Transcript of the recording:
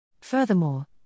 Furthermore